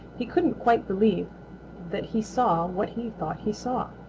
he couldn't quite believe that he saw what he thought he saw.